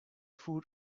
foot